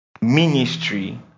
Ministry